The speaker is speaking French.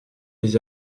des